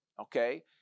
okay